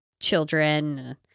children